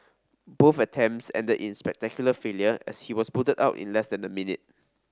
both attempts ended in spectacular failure as he was booted out in less than a minute